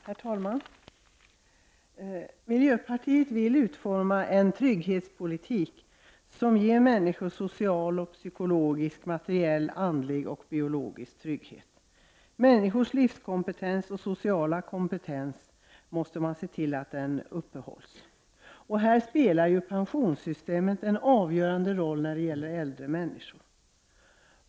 Herr talman! Miljöpartiet vill utforma en trygghetspolitik som ger människor social, psykologisk, materiell, andlig och biologisk trygghet. Männi skors livskompetens och sociala kompetens måste upprätthållas. Pensionssystemet spelar en avgörande roll för äldre människor.